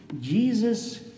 Jesus